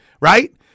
right